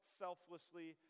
selflessly